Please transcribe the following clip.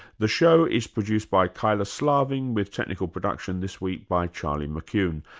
the show is produced by kyla slaven with technical production this week by charlie mccune.